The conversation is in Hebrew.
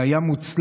זה היה מוצלח,